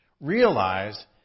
Realize